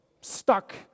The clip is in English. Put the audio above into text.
stuck